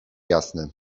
jasny